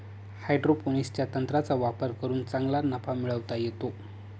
हायड्रोपोनिक्सच्या तंत्राचा वापर करून चांगला नफा मिळवता येतो